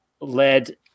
led